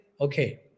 Okay